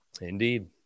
Indeed